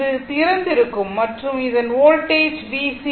இது திறந்திருக்கும் மற்றும் அதன் வோல்டேஜ் VC